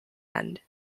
end